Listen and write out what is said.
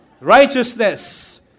righteousness